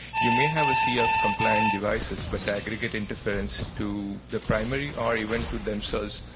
you may have a cf compliant device, but aggregate interference to the primary, or even to themselves,